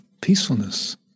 peacefulness